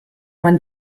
man